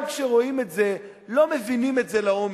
גם כשרואים את זה לא מבינים את זה לעומק